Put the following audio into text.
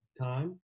time